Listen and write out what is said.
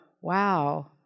wow –